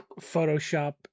Photoshop